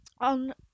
on